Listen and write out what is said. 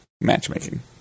matchmaking